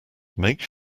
make